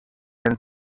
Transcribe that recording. and